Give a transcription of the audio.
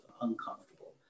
uncomfortable